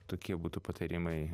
tokie būtų patarimai